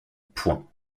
point